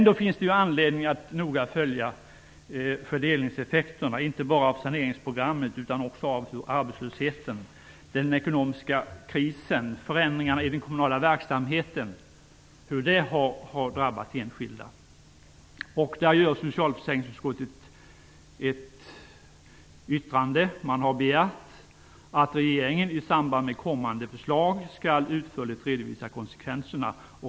Det finns ändå anledning att noga följa fördelningseffekterna, inte bara av saneringsprogrammet utan också av hur arbetslösheten, den ekonomiska krisen och förändringarna i den kommunala verksamheten har drabbat enskilda människor. Där har socialförsäkringsutskottet begärt att regeringen i samband med kommande förslag utförligt skall redovisa konsekvenserna.